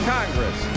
Congress